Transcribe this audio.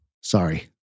Sorry